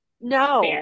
No